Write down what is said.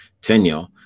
tenure